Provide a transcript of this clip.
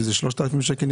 שזה 3,000 שקל,